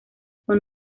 fue